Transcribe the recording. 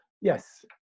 yes